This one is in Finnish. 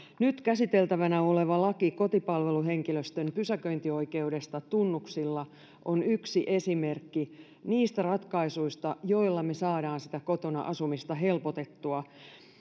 nyt käsiteltävänä oleva laki kotipalveluhenkilöstön pysäköintioikeudesta tunnuksilla on yksi esimerkki niistä ratkaisuista joilla me saamme sitä kotona asumista helpotettua